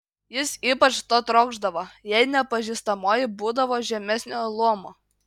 jis ypač to trokšdavo jei nepažįstamoji būdavo žemesnio luomo